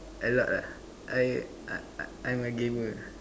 a lot ah I uh uh I am a gamer